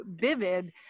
vivid